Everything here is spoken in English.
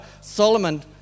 Solomon